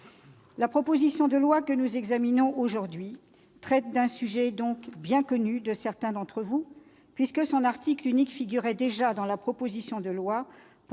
La proposition de loi que nous examinons aujourd'hui porte sur un sujet bien connu de certains d'entre vous, puisque son article unique figurait déjà dans la proposition de loi